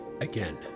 Again